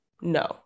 No